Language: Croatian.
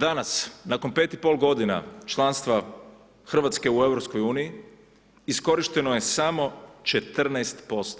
Danas, nakon 5 i pol godina članstva Hrvatske u EU iskorišteno je samo 14%